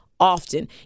Often